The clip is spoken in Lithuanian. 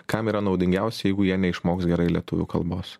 kam yra naudingiausia jeigu jie neišmoks gerai lietuvių kalbos